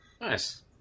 Nice